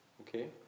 Okay